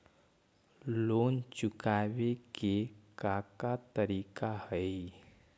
Loan चुकावे के का का तरीका हई?